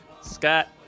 Scott